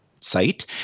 site